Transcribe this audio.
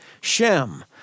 Shem